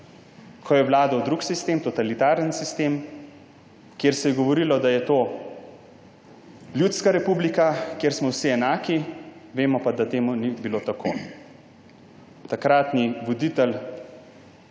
ko je vladal drug sistem, totalitaren sistem, kjer se je govorilo, da je to ljudska republika, kjer smo vsi enaki, vemo pa, da temu ni bilo tako. Takratni voditelj